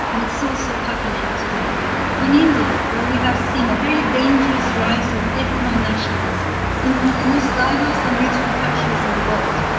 and it's also happening today in india, where we have seen a very dangerous rise of ethnonationalism in one of the most diverse and beautiful countries in the world.